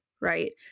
right